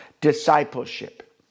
Discipleship